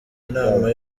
inama